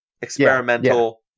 experimental